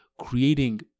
creating